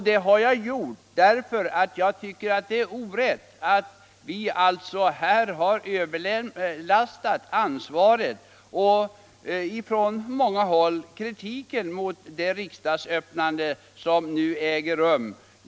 Det har jag gjort därför att jag tycker det är orätt att vi på vår talman har överlastat ansvaret för och kritiken mot det riksdagsöppnande som nu äger rum.